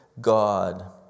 god